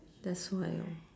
that's why orh